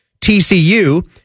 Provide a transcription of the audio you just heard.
TCU